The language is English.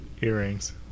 earrings